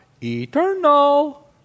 Eternal